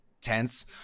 tense